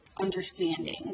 understanding